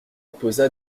posa